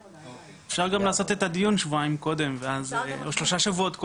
אפשר גם לעשות את הדיון שבועיים קודם או שלושה שבועות קודם.